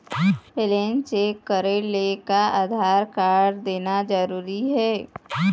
Balance check करेले का Aadhaar card देना जरूरी हे?